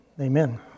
amen